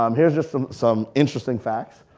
um here's just some some interesting facts.